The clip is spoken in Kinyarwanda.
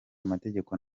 amategeko